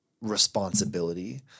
responsibility